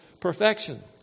perfection